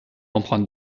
emprunte